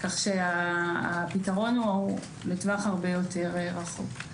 כך שהפתרון הוא לטווח הרבה יותר רחוק.